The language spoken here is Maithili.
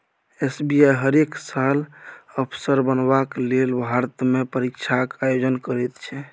एस.बी.आई हरेक साल अफसर बनबाक लेल भारतमे परीक्षाक आयोजन करैत छै